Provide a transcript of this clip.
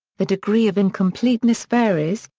the degree of incompleteness varies,